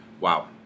wow